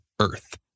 earth